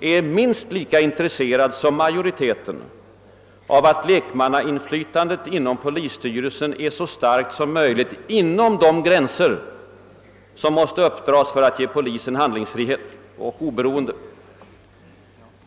är minst lika intresserad som majoriteten av att lekmannainflytandet i polisstyrelsen är så starkt som möjligt inom de gränser som måste dras upp för att ge polisen handlingsfrihet och oberoende.